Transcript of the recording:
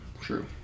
True